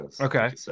Okay